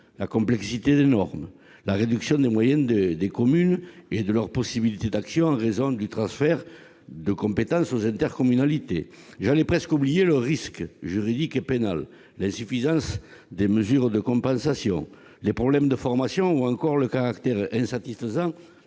: complexité des normes, réduction des moyens des communes et de leurs possibilités d'action en raison du transfert de compétences aux intercommunalités, risque juridique et pénal, insuffisance des mesures de compensation, problèmes de formation ou caractère insatisfaisant